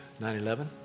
9-11